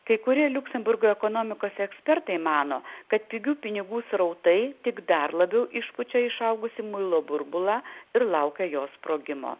kai kurie liuksemburgo ekonomikos ekspertai mano kad pigių pinigų srautai tik dar labiau išpučia išaugusį muilo burbulą ir laukia jo sprogimo